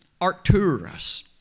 Arcturus